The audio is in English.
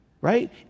Right